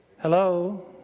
Hello